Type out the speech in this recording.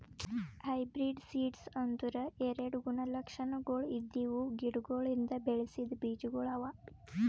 hybrid seeds ಅಂದುರ್ ಎರಡು ಗುಣ ಲಕ್ಷಣಗೊಳ್ ಇದ್ದಿವು ಗಿಡಗೊಳಿಂದ್ ಬೆಳಸಿದ್ ಬೀಜಗೊಳ್ ಅವಾ